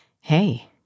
hey